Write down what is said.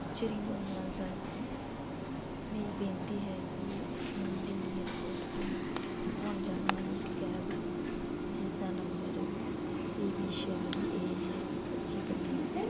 ਸ਼੍ਰੀ ਗੋਇੰਦਵਾਲ ਸਾਹਿਬ ਤੋਂ ਮੇਰੀ ਬੇਨਤੀ ਹੈ ਕਿ ਅਸੀਂ ਦਿੱਲੀ ਏਅਰਪੋਰਟ ਤੋਂ ਆਉਣ ਜਾਣ ਵਾਲੀ ਇੱਕ ਕੈਬ ਜਿਸਦਾ ਨੰਬਰ ਪੀ ਬੀ ਛਿਆਲੀ ਏ ਜੇ ਪੱਚੀ ਪੰਦਰ੍ਹਾਂ ਸੀ